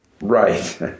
Right